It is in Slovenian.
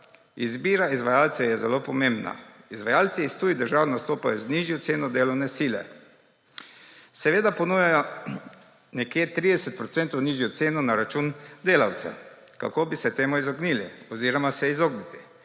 Izbira izvajalca je zelo pomembna. Izvajalci iz tujih držav nastopajo z nižjo ceno delovne sile. Seveda ponujajo nekje 30 procentov nižjo ceno na račun delavcev. Kako bi se temu izognili oziroma se izogniti?